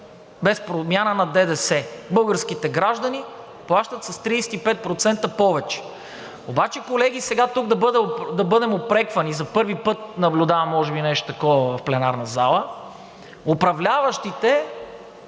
без промяна на ДДС българските граждани плащат с 35% повече? Обаче, колеги, сега тук да бъдем упреквани – за първи път наблюдавам може би нещо такова в пленарната зала, управляващите